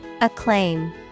Acclaim